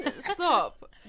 stop